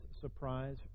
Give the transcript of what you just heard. surprise